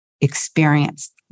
experienced